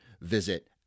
visit